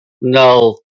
no